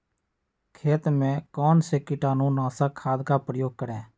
खेत में कौन से कीटाणु नाशक खाद का प्रयोग करें?